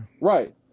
Right